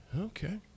Okay